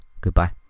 Goodbye